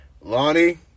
Lonnie